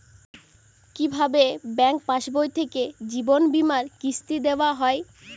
কি ভাবে ব্যাঙ্ক পাশবই থেকে জীবনবীমার কিস্তি দেওয়া হয়?